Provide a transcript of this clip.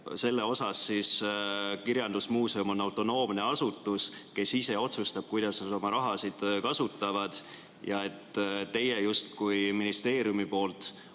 Selle osas on kirjandusmuuseum autonoomne asutus, kes ise otsustab, kuidas oma raha kasutab, ja teie justkui ministeeriumi poolt olete